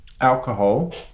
Alcohol